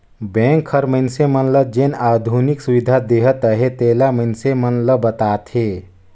bank हर मइनसे मन ल जेन आधुनिक सुबिधा देहत अहे तेला मइनसे मन ल बताथे